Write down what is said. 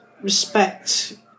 respect